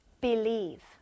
believe